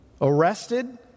arrested